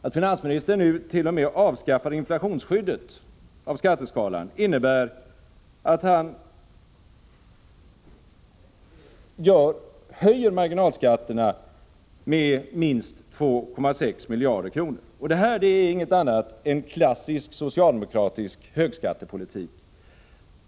Att finansministern nu t.o.m. avskaffar inflationsskyddet av skatteskalan innebär att han höjer skattetrycket med minst 2,6 miljarder kronor. Det är ingenting annat än klassisk socialdemokratisk högskattepolitik.